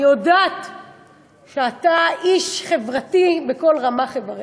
אני יודעת שאתה איש חברתי בכל רמ"ח איבריך.